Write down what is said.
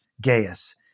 Gaius